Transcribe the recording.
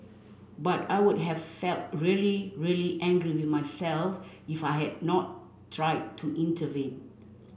but I would have felt really really angry with myself if I had not tried to intervene